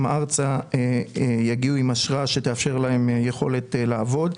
ארצה יגיעו עם אשרה שתאפשר להם יכולת לעבוד,